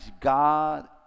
God